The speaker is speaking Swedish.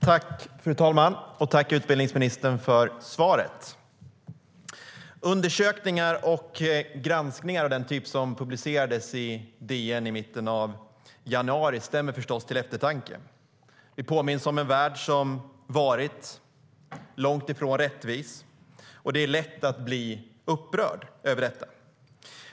Fru talman! Tack, utbildningsministern, för svaret! Undersökningar och granskningar av den typ som publicerades i DN i mitten av januari stämmer förstås till eftertanke. Vi påminns om en värld som varit långt ifrån rättvis, och det är lätt att bli upprörd över detta.